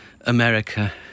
America